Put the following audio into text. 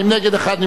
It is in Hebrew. התשע"א 2011,